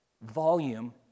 Volume